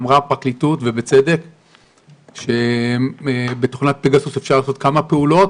אמרה הפרקליטות בצדק שבתוכנת פגסוס אפשר לעשות כמה פעולות,